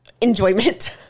enjoyment